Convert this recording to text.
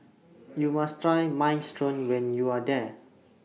YOU must Try Minestrone when YOU Are There